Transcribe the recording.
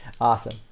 Awesome